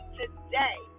today